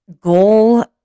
goal